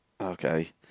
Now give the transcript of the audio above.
Okay